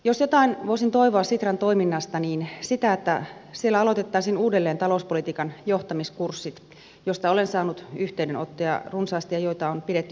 jos jotain voisin toivoa sitran toiminnasta niin sitä että siellä aloitettaisiin uudelleen talouspolitiikan johtamiskurssit joista olen saanut yhteydenottoja runsaasti ja joita on pidetty hyvinä